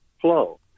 flow